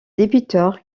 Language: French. débiteur